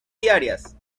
diarias